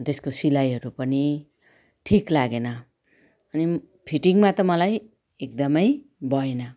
त्यसको सिलाईहरू पनि ठिक लागेन अनि फिटिङमा त मलाई एकदमै भएन